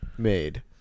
Made